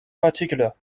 particular